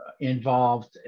involved